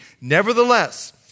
Nevertheless